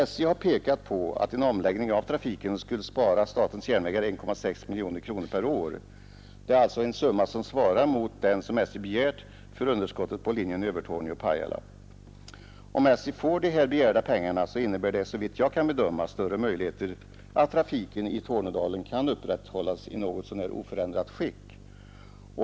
SJ har pekat på att en omläggning av trafiken skulle spara statens järnvägar 1,6 miljoner kronor per år. Det är alltså en summa som svarar mot den som SJ begärt för underskottet på linjen Övertorneå—Pajala. Om SJ får de begärda pengarna, innebär det, såvitt jag kan bedöma, större 75 möjligheter att trafiken i Tornedalen kan upprätthållas i något så när oförändrat skick.